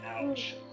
ouch